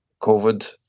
COVID